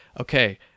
okay